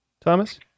Thomas